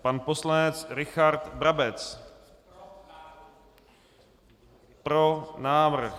Pan poslanec Richard Brabec: Pro návrh.